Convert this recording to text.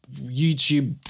YouTube